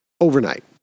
overnight